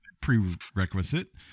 prerequisite